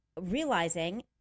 realizing